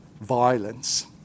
violence